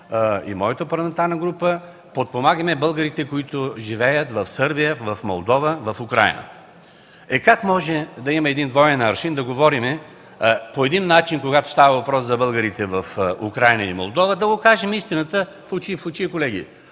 и моята парламентарна група, да подпомагаме българите, които живеят в Сърбия, в Молдова, в Украйна. Как може да има двоен аршин? Говорим по един начин, когато става въпрос за българите в Украйна и в Молдова. Нека да кажем истината, очи в очи, колеги.